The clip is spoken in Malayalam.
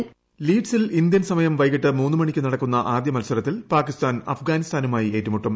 ഹോൾഡ് വോയിസ് ലീഡ്സിൽ ഇന്ത്യൻ സമയം വൈകിട്ട് മൂന്ന് മണിക്ക് നടക്കുന്ന ആദ്യ മത്സരത്തിൽ പാകിസ്ഥാൻ അഫ്ഗാനിസ്ഥാനുമായി ഏറ്റുമുട്ടും